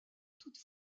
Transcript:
toute